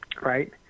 right